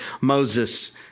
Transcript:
Moses